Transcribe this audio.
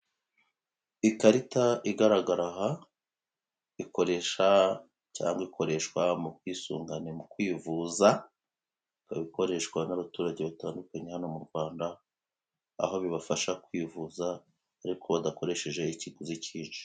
Ikarita igaragara aha ikoresha cyangwa ikoreshwa mu bwisungane mu kwivuza ikabikoreshwa n'abaturage batandukanye hano mu Rwanda aho bibafasha kwivuza ariko badakoresheje ikiguzi kinshi.